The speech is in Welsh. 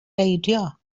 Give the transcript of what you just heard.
beidio